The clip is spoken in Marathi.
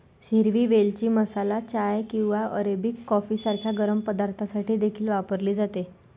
हिरवी वेलची मसाला चाय किंवा अरेबिक कॉफी सारख्या गरम पदार्थांसाठी देखील वापरली जाते